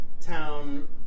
town